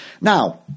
Now